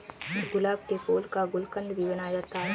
गुलाब के फूल का गुलकंद भी बनाया जाता है